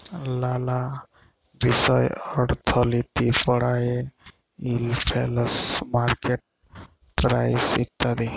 লালা বিষয় অর্থলিতি পড়ায়ে ইলফ্লেশল, মার্কেট প্রাইস ইত্যাদি